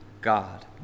God